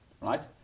right